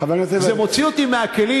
חבר הכנסת לוי, זה מוציא אותי מהכלים.